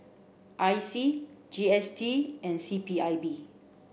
I C G S T and C P I B